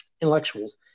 intellectuals